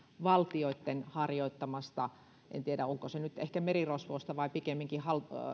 valtioitten harjoittamasta en tiedä onko se nyt ehkä merirosvousta vai pikemminkin